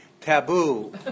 taboo